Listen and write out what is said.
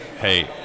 hey